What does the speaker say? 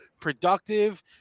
productive